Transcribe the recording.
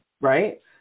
Right